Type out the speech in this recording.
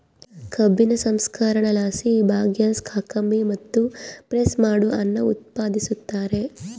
ಕಬ್ಬಿನ ಸಂಸ್ಕರಣೆಲಾಸಿ ಬಗ್ಯಾಸ್, ಕಾಕಂಬಿ ಮತ್ತು ಪ್ರೆಸ್ ಮಡ್ ಅನ್ನು ಉತ್ಪಾದಿಸುತ್ತಾರೆ